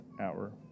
hour